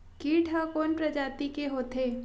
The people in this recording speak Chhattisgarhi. कीट ह कोन प्रजाति के होथे?